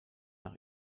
nach